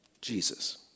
Jesus